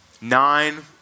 nine